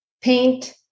paint